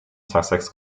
sussex